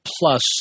plus